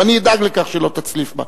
ואני אדאג לכך שלא תצליף בה.